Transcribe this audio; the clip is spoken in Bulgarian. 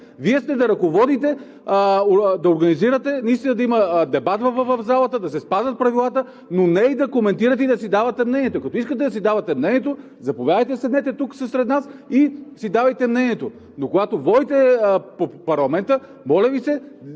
Вие сте, за да организирате наистина да има дебат в залата, да се спазват правилата, но не и да коментирате и да си давате мнението. Като искате да си давате мнението, заповядайте, седнете сред нас и си давайте мнението. Когато водите парламента, моля Ви,